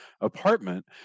apartment